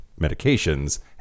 medications